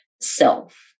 self